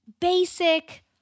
basic